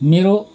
मेरो